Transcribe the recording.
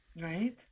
Right